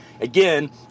again